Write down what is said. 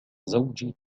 زوجي